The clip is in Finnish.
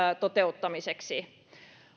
toteuttamiseksi